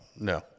No